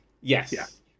Yes